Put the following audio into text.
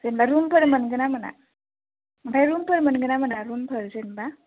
जेनेबा रुमफोर मोनगोन्ना मोना आमफ्राय रुमफोर मोनगोन ना मोना रुमफोर जेनेबा